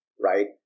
Right